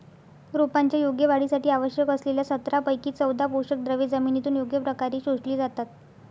रोपांच्या योग्य वाढीसाठी आवश्यक असलेल्या सतरापैकी चौदा पोषकद्रव्ये जमिनीतून योग्य प्रकारे शोषली जातात